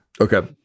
Okay